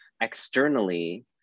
externally